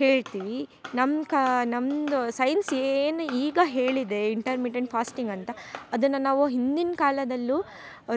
ಹೇಳ್ತೀವಿ ನಮ್ಮ ಕಾ ನಮ್ದ ಸೈನ್ಸ್ ಏನು ಈಗ ಹೇಳಿದೆ ಇಂಟರ್ಮಿಟನ್ ಫಾಸ್ಟಿಂಗ್ ಅಂತ ಅದನ್ನ ನಾವು ಹಿಂದಿನ ಕಾಲದಲ್ಲೂ